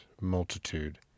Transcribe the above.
multitude